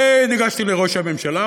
וניגשתי לראש הממשלה,